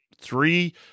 three